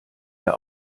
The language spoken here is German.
der